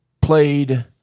played